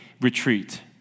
retreat